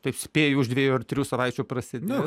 taip spėju už dviejų ar trijų savaičių prasidės